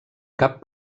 cap